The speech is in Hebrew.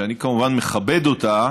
שאני כמובן מכבד אותה,